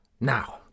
Now